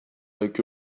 avec